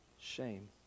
Shame